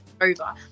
over